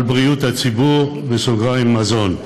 על בריאות הציבור (מזון).